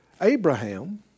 Abraham